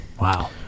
Wow